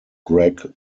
greg